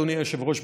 אדוני היושב-ראש,